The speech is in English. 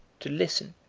to listen,